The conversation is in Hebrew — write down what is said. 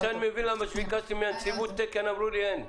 עכשיו אני מבין למה כשביקשתי מהנציבות תקן אמרו לי: אין.